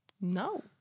No